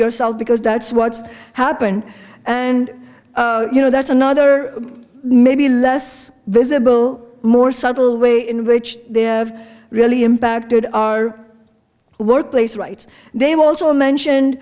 yourself because that's what's happened and you know that's another maybe less visible more subtle way in which they have really impacted our workplace rights they've also mentioned